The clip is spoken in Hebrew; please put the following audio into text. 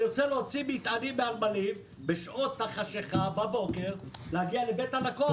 אני רוצה להוציא מטענים מהנמלים בשעות החשכה ובבוקר להגיע לבית הלקוח.